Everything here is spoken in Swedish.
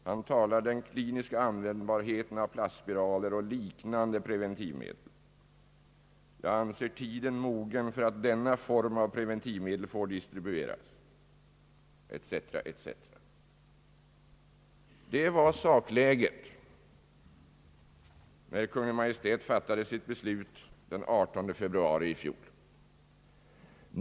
Han talar om den kliniska användbarheten av plastspiraler »och liknande preventivmedel». Han anser tiden mogen för att »denna form av preventivmedel får distribueras», etc. Det var sakläget när Kungl. Maj:t fattade sitt beslut den 18 februari i fjol.